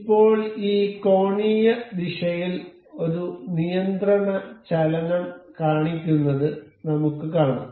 ഇപ്പോൾ ഈ കോണീയ ദിശയിൽ ഒരു നിയന്ത്രണ ചലനം കാണിക്കുന്നത് നമുക്ക് കാണാം